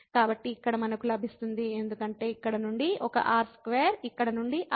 కాబట్టి ఇక్కడ మనకు లభిస్తుంది ఎందుకంటే ఇక్కడ నుండి ఒక r2 ఇక్కడ నుండి r